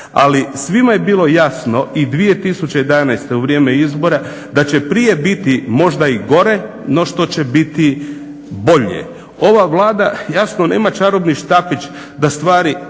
Ali svima je bilo jasno i 2011. u vrijeme izbora da će prije biti možda i gore no što će biti bolje. Ova Vlada jasno nema čarobni štapić da stvari